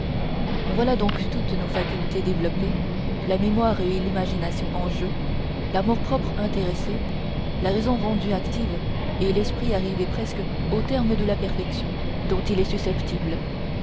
voilà donc toutes nos facultés développées la mémoire et l'imagination en jeu l'amour-propre intéressé la raison rendue active et l'esprit arrivé presque au terme de la perfection dont il est susceptible